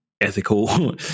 ethical